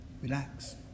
relax